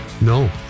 No